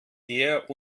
eher